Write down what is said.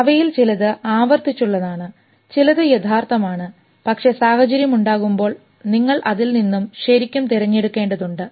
അവയിൽ ചിലത് ആവർത്തിച്ചുള്ളതാണ് ചിലത് യഥാർത്ഥമാണ് പക്ഷേ സാഹചര്യം ഉണ്ടാകുമ്പോൾ നിങ്ങൾ അതിൽ നിന്ന് ശരിക്കും തിരഞ്ഞെടുക്കേണ്ടതുണ്ട്